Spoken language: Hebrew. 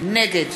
נגד